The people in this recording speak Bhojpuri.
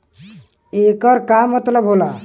येकर का मतलब होला?